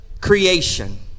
creation